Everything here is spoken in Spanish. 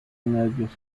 nervios